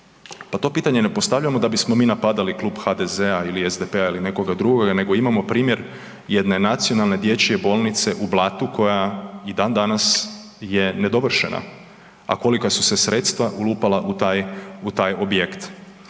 Pa to pitanje ne postavljamo da bismo mi napadali Klub HDZ-a ili SDP-a ili nekoga druga nego imamo primjer jedne nacionalne dječje bolnice u Blatu koja i dan danas je nedovršena, a kolika su se sredstva ulupala u taj, u taj objekt.